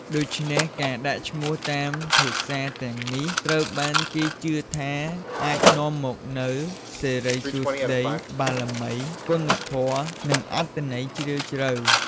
ដូច្នេះ ការដាក់ឈ្មោះតាមភាសាទាំងនេះ ត្រូវបានគេជឿថាអាចនាំមកនូវ សិរីសួស្ដី បារមី គុណធម៌ និងអត្ថន័យជ្រាលជ្រៅ។